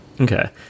Okay